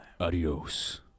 Adios